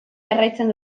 jarraitzen